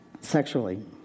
sexually